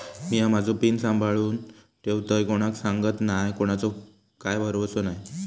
मिया माझो पिन सांभाळुन ठेवतय कोणाक सांगत नाय कोणाचो काय भरवसो नाय